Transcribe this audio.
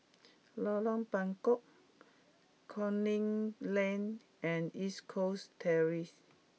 Lorong Buangkok Canning Lane and East Coast Terrace